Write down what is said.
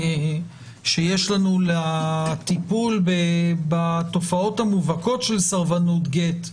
שיש לנו לטיפול בתופעות המובהקות של סרבנות גט,